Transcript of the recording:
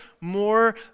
more